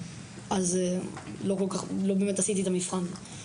אז לא באמת עשיתי את המבחן.